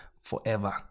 forever